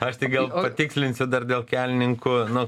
aš tik gal patikslinsiu dar dėl kelininkų nu